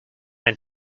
need